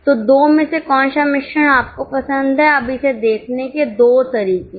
तो 2 में से कौन सा मिश्रण आपको पसंद है अब इसे देखने के दो तरीके हैं